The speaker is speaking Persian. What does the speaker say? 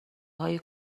های